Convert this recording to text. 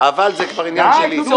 ה"אבל" זה כבר עניין שלי,